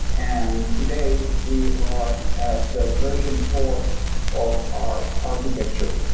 and today, we are at the version four of our architecture.